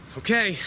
okay